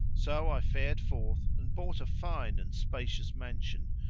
so i fared forth and bought a fine and spacious mansion,